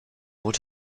what